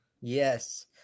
Yes